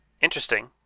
Interesting